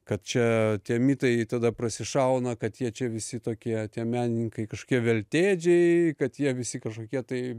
kad čia tie mitai tada prasišauna kad jie čia visi tokie tie menininkai kažkokie veltėdžiai kad jie visi kažkokie tai